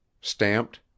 Stamped